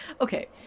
okay